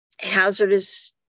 hazardous